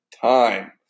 time